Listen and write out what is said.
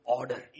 order